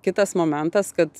kitas momentas kad